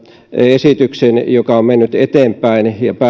esityksen joka on mennyt eteenpäin ja ja on